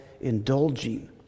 indulging